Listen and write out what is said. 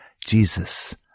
Jesus